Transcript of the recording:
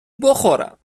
بخورم